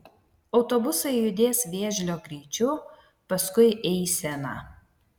autobusai judės vėžlio greičiu paskui eiseną